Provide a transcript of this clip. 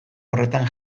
horretan